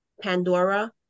Pandora